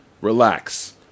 relax